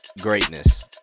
Greatness